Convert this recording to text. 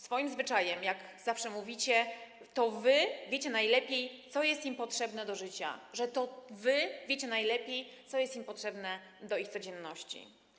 Swoim zwyczajem, jak zawsze, mówicie, że wy wiecie najlepiej, co jest dla nich najlepsze do życia, że wy wiecie najlepiej, co jest im potrzebne w ich codzienności.